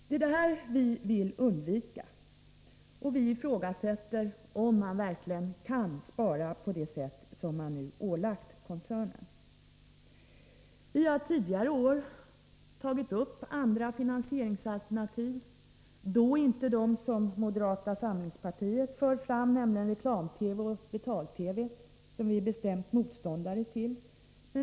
Det är detta vi vill undvika, och vi ifrågasätter om det verkligen går att spara på det sätt som man nu har ålagt koncernen att göra. Vi har tidigare år tagit upp andra finansieringsalternativ, dock inte de som moderata samlingspartiet fört fram om reklam-TV och betal-TV som vi är bestämda motståndare till.